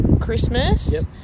Christmas